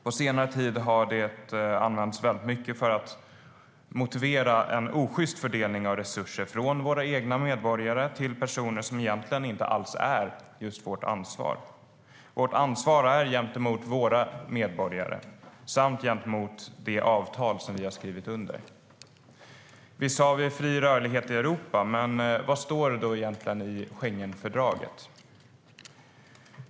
På senare tid har det använts mycket för att motivera en osjyst fördelning av resurser från våra egna medborgare till personer som egentligen inte alls är vårt ansvar. Vårt ansvar är gentemot våra medborgare samt gentemot de avtal vi har skrivit under. Visst har vi fri rörlighet i Europa, men vad står det egentligen i Schengenfördraget?